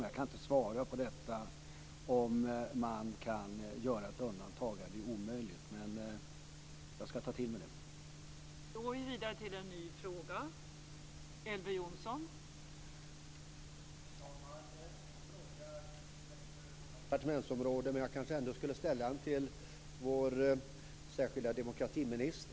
Det är omöjligt att svara på frågan om man kan göra ett undantag här, men jag skall ta till mig den.